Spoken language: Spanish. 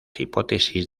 hipótesis